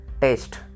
taste